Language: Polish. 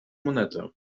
monetę